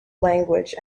language